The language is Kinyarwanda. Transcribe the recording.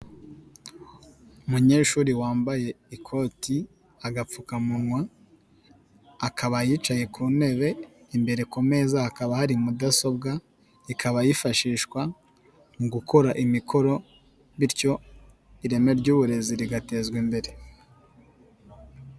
Umunyeshuri wambaye ikoti, agapfukamunwa, akaba yicaye ku ntebe imbere ku meza akaba hari mudasobwa ikaba yifashishwa mu gukora imikoro bityo ireme ry'uburezi rigatezwa imbere.